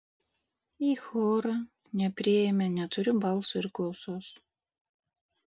į chorą nepriėmė neturiu balso ir klausos